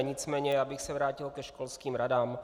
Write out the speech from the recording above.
Nicméně já bych se vrátil ke školským radám.